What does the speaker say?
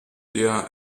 der